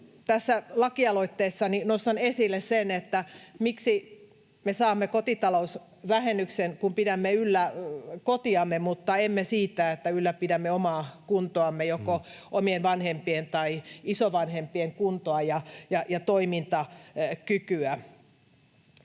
Tässä lakialoitteessani nostan esille sen, miksi me saamme kotitalousvähennyksen siitä, kun pidämme yllä kotiamme, mutta emme siitä, että ylläpidämme omaa kuntoamme tai joko omien vanhempien tai isovanhempien kuntoa ja toimintakykyä.